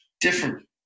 different